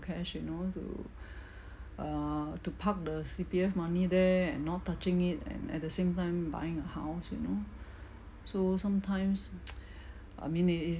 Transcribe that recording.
cash you know to err to park the C_P_F money there and not touching it and at the same time buying a house you know so sometimes I mean it is